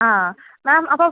ആ മാം അപ്പം